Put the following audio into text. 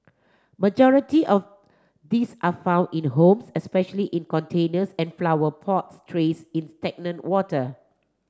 majority of these are found in home especially in containers and flower pot trays in stagnant water